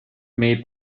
made